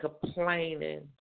complaining